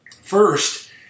First